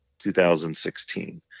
2016